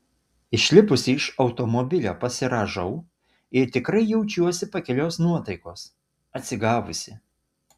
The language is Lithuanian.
išlipusi iš automobilio pasirąžau ir tikrai jaučiuosi pakilios nuotaikos atsigavusi